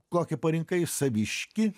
kokį parinkai saviškį